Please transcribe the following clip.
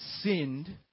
sinned